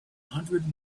hundred